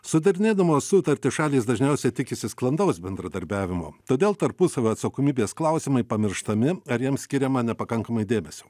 sudarinėdamos sutartį šalys dažniausiai tikisi sklandaus bendradarbiavimo todėl tarpusavio atsakomybės klausimai pamirštami ar jiem skiriama nepakankamai dėmesio